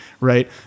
right